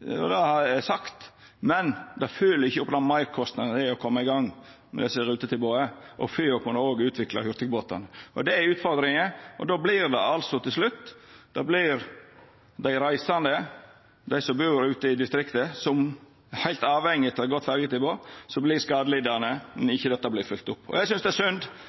og det har eg òg sagt. Men dei følgjer ikkje opp dei meirkostnadene som er for å koma i gang med desse rutetilboda og for òg å kunna utvikla hurtigbåtane. Det er utfordringa, og då vert det til slutt dei reisande, dei som bur ute i distriktet og er heilt avhengige av eit godt ferjetilbod, som vert skadelidande når ikkje dette vert følgt opp. Og eg synest det er synd